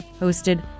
hosted